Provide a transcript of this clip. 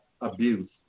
abuse